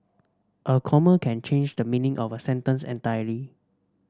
a comma can change the meaning of a sentence entirely